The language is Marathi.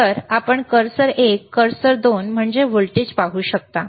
तर आपण कर्सर एक कर्सर 2 म्हणजे व्होल्टेज पाहू शकता